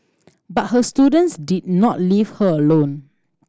but her students did not leave her alone